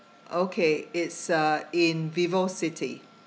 okay it's uh in vivocity